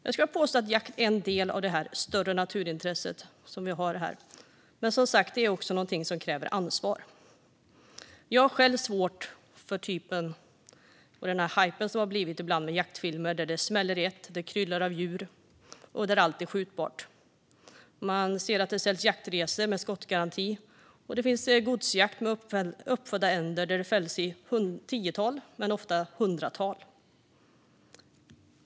Jag skulle vilja påstå att jakt är en del av det större naturintresset, men det är också något som kräver ansvar. Jag har själv svårt för hajpen för jaktfilmer där det smäller i ett, kryllar av djur och allt är skjutbart. Det säljs jaktresor med skottgaranti, och det finns godsjakt med uppfödda änder som fälls i tiotal - ofta hundratal.